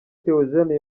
theogene